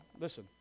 listen